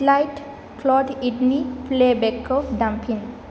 slide क्लद इथनि प्लैबेकखौ दामफिन